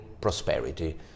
prosperity